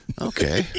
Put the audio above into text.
Okay